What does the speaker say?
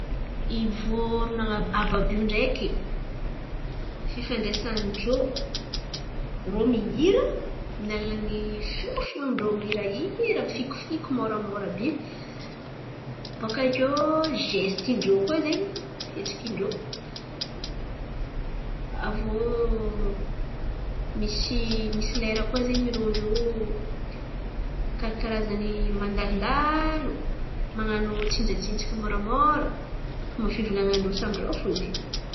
I vôron̈o aba by io ndreky fifandraisan-drô, irô mihira amin'ny alalan'ny fiô- fiôn-drô mihirahira mifikofiko moramora àby iny. Bôka iô, zesitin-drô koa zen̈y fihetsikin-drô. Aviô misy misy lera koa zen̈y irô io karkarazany mandalo man̈ano tsinjatsinjaka moramora fomba fivolan̈an-drô irô samby irô fo zen̈y.